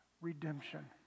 redemption